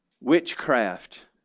witchcraft